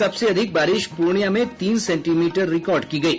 सबसे अधिक बारिश पूर्णिया में तीन सेंटीमीटर रिकार्ड की गयी